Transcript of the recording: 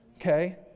okay